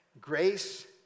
Grace